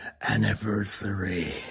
anniversary